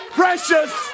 precious